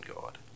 God